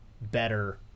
better